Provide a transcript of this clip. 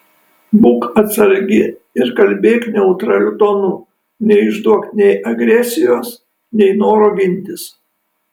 būk atsargi ir kalbėk neutraliu tonu neišduok nei agresijos nei noro gintis